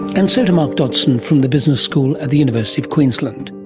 and so to mark dodgson from the business school at the university of queensland.